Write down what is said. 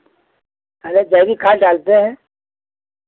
अरे जैविक खाद डालते हैं